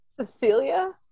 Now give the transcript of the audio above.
Cecilia